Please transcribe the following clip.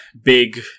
big